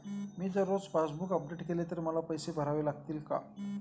मी जर रोज passbook update केले तर मला पैसे भरावे लागतील का?